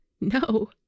No